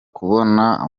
kubona